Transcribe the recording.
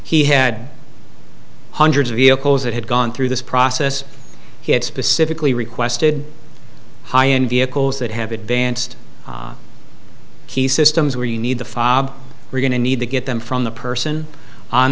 he had hundreds of vehicles that had gone through this process he had specifically requested high end vehicles that have advanced key systems where you need to were going to need to get them from the person on